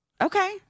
Okay